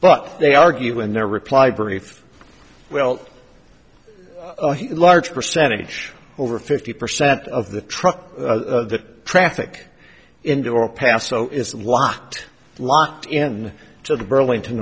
but they argue in their reply brief well large percentage over fifty percent of the truck that traffic in door paso is locked locked in to the burlington